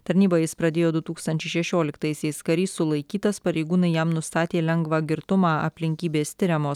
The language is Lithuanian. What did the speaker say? tarnybą jis pradėjo du tūkstančiai šešioliktaisiais karys sulaikytas pareigūnai jam nustatė lengvą girtumą aplinkybės tiriamos